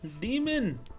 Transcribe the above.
demon